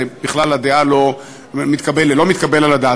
זה בכלל לא מתקבל על הדעת.